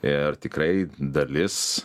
ir tikrai dalis